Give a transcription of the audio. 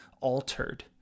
altered